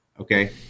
okay